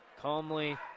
Calmly